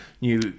new